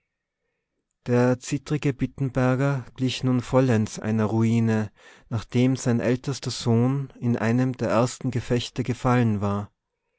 der zittrige bittenberger glich nun vollends einer ruine nachdem sein ältester sohn in einem der ersten gefechte gefallen war